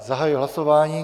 Zahajuji hlasování.